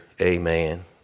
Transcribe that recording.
Amen